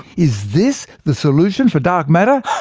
is this the solution for dark matter?